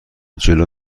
جلو